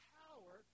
power